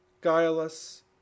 guileless